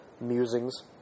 musings